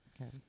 Okay